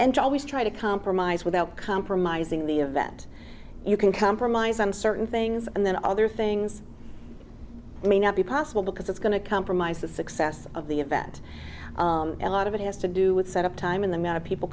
and always try to compromise without compromising the event you can compromise on certain things and then other things may not be possible because it's going to compromise the success of the event and lot of it has to do with set up time in the midst of people